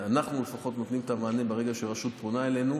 אנחנו לפחות נותנים את המענה ברגע שרשות פונה אלינו.